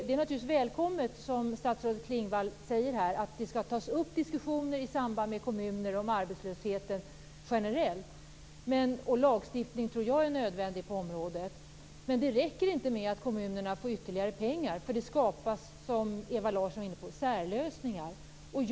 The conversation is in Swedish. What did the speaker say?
Det är naturligtvis välkommet det som statsrådet Klingvall här säger, alltså att detta skall tas upp i samband med diskussioner med kommuner om arbetslösheten generellt. Jag tror att lagstiftning är nödvändig på området. Men det räcker inte att kommunerna får ytterligare pengar, för det skapas särlösningar precis som Ewa Larsson var inne på.